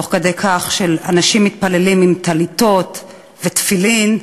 תוך כדי כך שאנשים מתפללים עם טליתות ותפילין,